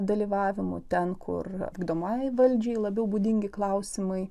dalyvavimu ten kur ugdomajai valdžiai labiau būdingi klausimai